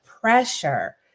pressure